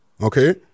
Okay